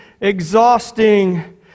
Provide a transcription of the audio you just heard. exhausting